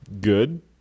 Good